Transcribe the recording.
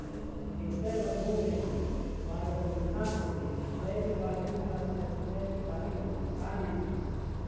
व्यवसाय बर लोन ले के बाद अगर नुकसान होथे जाय के बाद ऋण राशि ला चुकाए के बारे म का नेम हे?